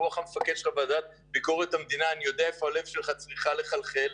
ואני יודע איפה הלב של הוועדה לביקורת המדינה צריך לחלחל,